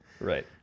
Right